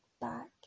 back